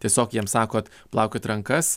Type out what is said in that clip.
tiesiog jiem sakot plaukit rankas